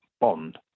bond